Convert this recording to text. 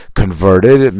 converted